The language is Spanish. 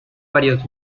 varias